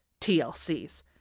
TLCs